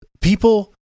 People